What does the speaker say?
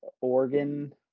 Oregon